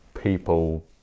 people